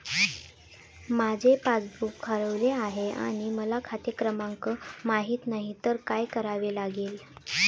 माझे पासबूक हरवले आहे आणि मला खाते क्रमांक माहित नाही तर काय करावे लागेल?